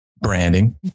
branding